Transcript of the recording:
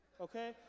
Okay